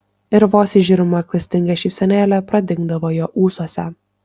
ir vos įžiūrima klastinga šypsenėlė pradingdavo jo ūsuose